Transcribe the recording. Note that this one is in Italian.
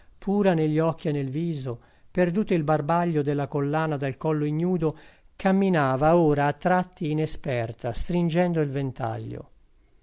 pura negli occhi e nel viso perduto il barbaglio della collana dal collo ignudo camminava ora a tratti inesperta stringendo il ventaglio